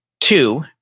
Two